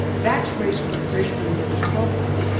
that's racial and racial and religious profiling.